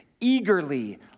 eagerly